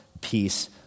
peace